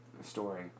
story